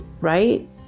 right